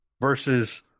versus